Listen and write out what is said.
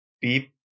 Beep